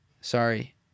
Sorry